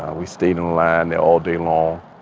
ah we stayed in line all day long,